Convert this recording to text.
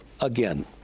again